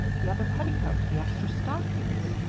the other petticoat, the extra stockings?